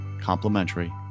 complimentary